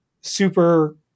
super